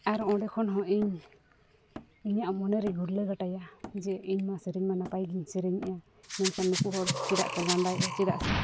ᱟᱨ ᱚᱸᱰᱮᱠᱷᱚᱱ ᱦᱚᱸ ᱤᱧ ᱤᱧᱟᱹᱜ ᱢᱚᱱᱮᱨᱮ ᱜᱷᱩᱨᱞᱟᱹ ᱵᱟᱲᱟᱭᱟ ᱡᱮ ᱤᱧᱢᱟ ᱥᱮᱨᱮᱧ ᱢᱟ ᱱᱟᱯᱟᱭ ᱜᱤᱧ ᱥᱮᱨᱮᱧᱮᱫᱟ ᱢᱮᱱᱠᱷᱟᱱ ᱱᱩᱠᱩ ᱦᱚᱲ ᱪᱮᱫᱟᱜ ᱠᱚ ᱞᱟᱸᱫᱟᱭᱮᱫᱟ ᱪᱮᱫᱟᱜ ᱥᱮ